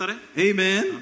Amen